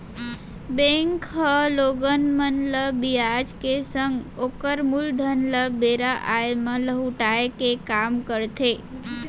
bank ह लोगन मन ल बियाज के संग ओकर मूलधन ल बेरा आय म लहुटाय के काम करथे